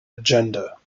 agenda